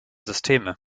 systeme